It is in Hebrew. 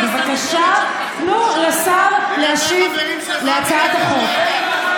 בבקשה, תנו לשר להשיב על הצעת החוק.